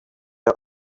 are